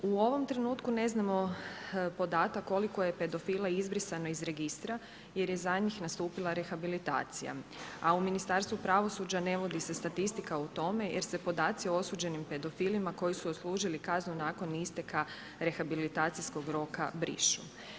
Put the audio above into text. U ovom trenutku ne znamo podatak koliko je pedofila izbrisano iz registra jer je za njih nastupila rehabilitacija a u Ministarstvu pravosuđa ne vodi se statistika o tome jer se podaci o osuđenim pedofilima koji su odslužili kaznu nakon isteka rehabilitacijskog roka, brišu.